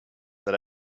that